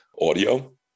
audio